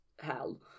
hell